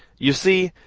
you see,